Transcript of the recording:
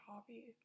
hobby